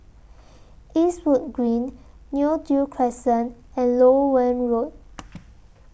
Eastwood Green Neo Tiew Crescent and Loewen Road